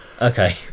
Okay